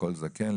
לכל זקן,